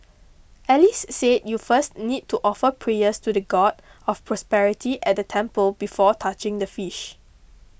Alice said you first need to offer prayers to the God of Prosperity at the temple before touching the fish